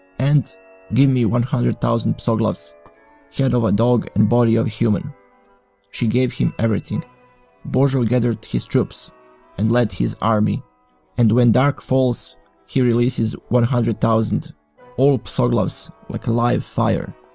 and give me one hundred thousand psoglavs head of a dog and body of a human she gave him everything bozo gathered his troops and lead his army and when dark falls he realeases one hundred thousand all psoglavs, like a live fire